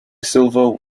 silva